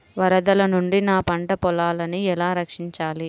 వరదల నుండి నా పంట పొలాలని ఎలా రక్షించాలి?